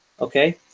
Okay